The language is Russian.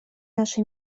наши